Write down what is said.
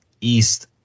East